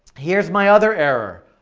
here's my other error.